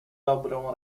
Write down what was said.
dobrą